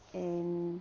and